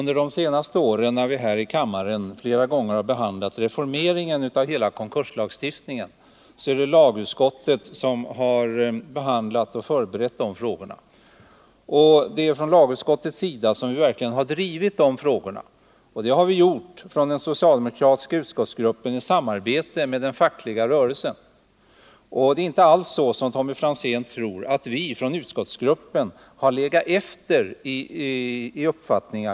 Herr talman! När vi under de senaste åren här i kammaren behandlat reformeringen av konkurslagstiftningen är det lagutskottet som berett frågorna. Det är från lagutskottets sida som vi verkligen har drivit de här frågorna, och det har vi i den socialdemokratiska utskottsgruppen gjort i samarbete med den fackliga rörelsen. Det är inte alls så, som Tommy Franzén tror, att vi från utskottsgruppen har legat efter i uppfattning.